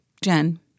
Jen